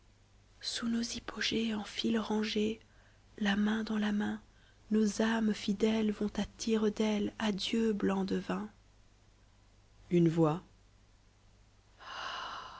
sous nos hypogées en files rangées la main dans la main nos ames mè es vont à tire dailes adieu blanc devin une